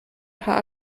paar